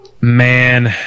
Man